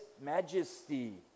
majesty